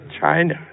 China